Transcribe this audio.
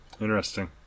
Interesting